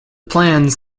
plans